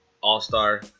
All-Star